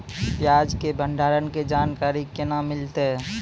प्याज के भंडारण के जानकारी केना मिलतै?